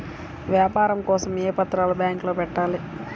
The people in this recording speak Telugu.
వ్యాపారం కోసం ఏ పత్రాలు బ్యాంక్లో పెట్టాలి?